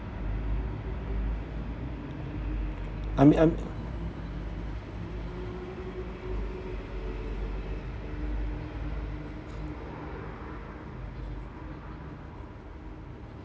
I mean I mean